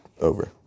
Over